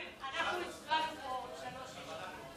חוק תשלומים לחיילים בשירות סדיר (הגנה על תשלומים)